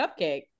Cupcake